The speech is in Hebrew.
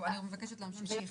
טוב, אני מבקשת להמשיך.